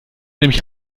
nämlich